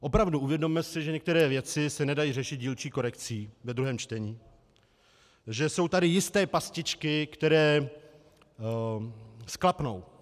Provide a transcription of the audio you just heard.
Opravdu si uvědomme, že některé věci se nedají řešit dílčí korekcí ve druhém čtení, že jsou tady jisté pastičky, které sklapnou.